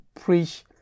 preach